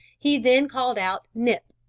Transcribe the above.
he then called out nip,